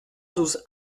douze